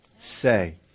say